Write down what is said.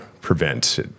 prevent